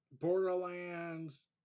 Borderlands